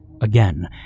Again